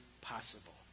possible